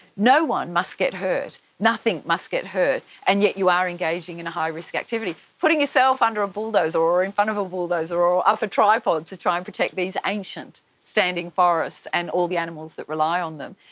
no one must get hurt, nothing must get hurt, and yet you are engaging in a high-risk activity, putting yourself under a bulldozer or in front of a bulldozer or up a tripod to try and protect these ancient standing forests and all the animals that rely on them.